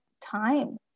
time